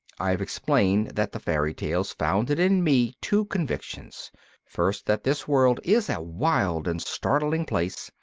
i have explained that the fairy tales founded in me two convictions first, that this world is a wild and startling place,